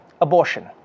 abortion